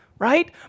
right